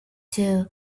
too